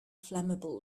flammable